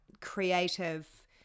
creative